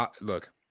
Look